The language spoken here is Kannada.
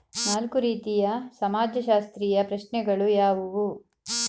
ನಾಲ್ಕು ರೀತಿಯ ಸಮಾಜಶಾಸ್ತ್ರೀಯ ಪ್ರಶ್ನೆಗಳು ಯಾವುವು?